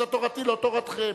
זאת תורתי, לא תורתכם.